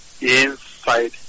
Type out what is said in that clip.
inside